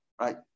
right